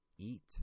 Eat